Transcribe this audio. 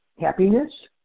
Happiness